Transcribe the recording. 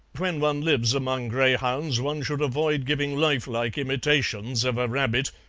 when one lives among greyhounds one should avoid giving life-like imitations of a rabbit,